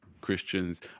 Christians